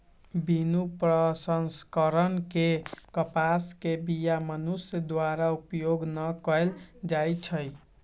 बिनु प्रसंस्करण के कपास के बीया मनुष्य द्वारा प्रयोग न कएल जाइ छइ